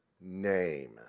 name